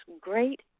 great